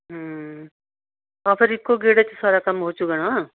ਹੁੰ ਤਾਂ ਫਿਰ ਇੱਕੋ ਗੇੜੇ 'ਚ ਸਾਰਾ ਕੰਮ ਹੋ ਜੂਗਾ ਨਾ